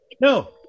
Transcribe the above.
No